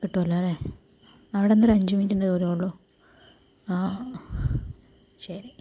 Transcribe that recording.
കിട്ടുമല്ലോ അല്ലേ അവിടുന്ന് ഒരു അഞ്ച് മിനിറ്റിൻ്റെ ദൂരമേ ഉള്ളൂ ആഹ് ശരി